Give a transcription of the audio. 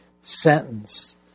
sentence